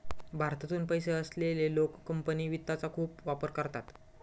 भारतातून पैसे असलेले लोक कंपनी वित्तचा खूप वापर करतात